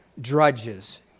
drudges